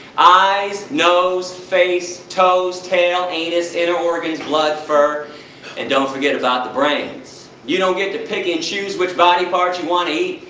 eyes, nose, face, toes, tail, anus, inner organs, blood, fur and don't forget about the brains. you don't get to pick and choose which body parts you want to eat,